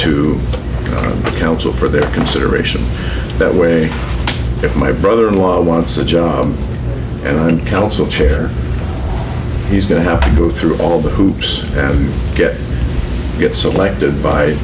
the council for their consideration that way if my brother in law wants a job and one council chair he's going to have to go through all the hoops and get selected by